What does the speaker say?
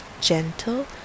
gentle